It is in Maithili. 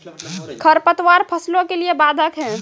खडपतवार फसलों के लिए बाधक हैं?